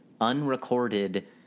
unrecorded